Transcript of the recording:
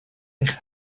eich